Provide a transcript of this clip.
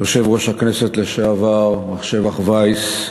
יושב-ראש הכנסת לשעבר מר שבח וייס,